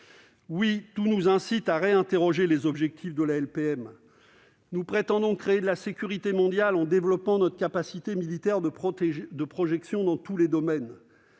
Ainsi, tout nous incite à réinterroger les objectifs de la LPM. Nous prétendons créer de la sécurité mondiale en développant notre capacité militaire de projection dans tous les domaines.